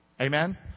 Amen